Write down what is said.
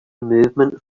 movement